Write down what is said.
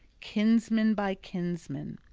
kinsman by kinsman.